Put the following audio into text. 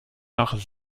nach